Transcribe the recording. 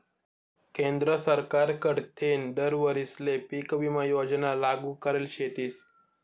केंद्र सरकार कडथीन दर वरीसले पीक विमा योजना लागू करेल शेतीस